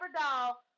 doll